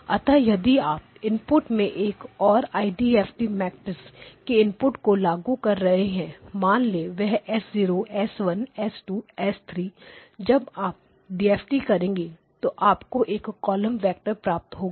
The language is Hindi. अतः यदि आप इनपुट में एक और आईडीएफटी मैट्रिक्स के इनपुट को लागू कर रहे हैं मान लें वह S0 S1 S2S3 जब आप डीएफटी DFT करेंगे तो आपको एक कॉलम वेक्टर प्राप्त होगा